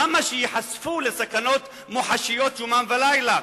למה שייחשפו לסכנות מוחשיות יומם ולילה?